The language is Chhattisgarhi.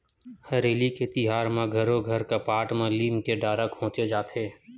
हरेली के तिहार म घरो घर कपाट म लीम के डारा खोचे जाथे